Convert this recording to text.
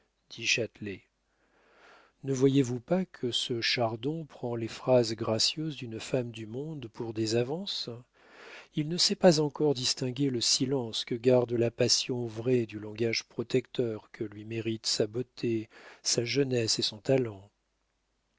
châtelet ne voyez-vous pas que ce chardon prend les phrases gracieuses d'une femme du monde pour des avances il ne sait pas encore distinguer le silence que garde la passion vraie du langage protecteur que lui méritent sa beauté sa jeunesse et son talent